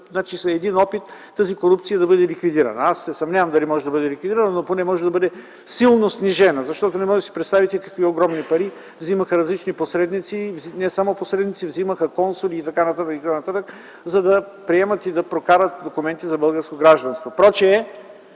закон са опит тази корупция да бъде ликвидирана. Аз се съмнявам, дали може да бъде ликвидирана, но поне може да бъде силно снижена, защото не можете да си представите какви огромни пари взимаха различни посредници, не само посредници, взимаха консули и т. н., и така нататък, за да приемат и прокарат документи за българско гражданство. Позволявам